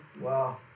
Wow